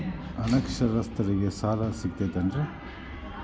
ಅನಕ್ಷರಸ್ಥರಿಗ ಸಾಲ ಸಿಗತೈತೇನ್ರಿ?